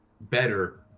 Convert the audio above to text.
better